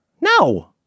No